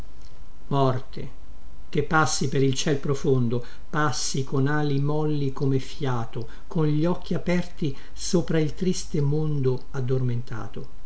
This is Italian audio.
morte che passi per il ciel profondo passi con ali molli come fiato con gli occhi aperti sopra il triste mondo addormentato